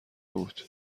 بود